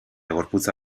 gorputza